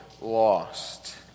lost